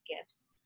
gifts